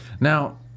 Now